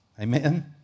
Amen